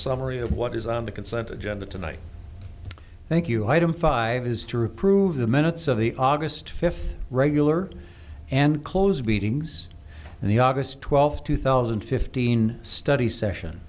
summary of what is on the consent agenda tonight thank you item five is to reprove the minutes of the august fifth regular and closed meetings and the august twelfth two thousand and fifteen study session